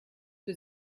für